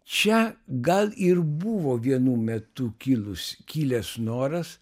čia gal ir buvo vienu metu kilus kilęs noras